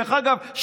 שדרך אגב,